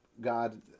god